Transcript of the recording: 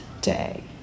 day